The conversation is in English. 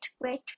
great